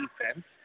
Defense